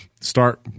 start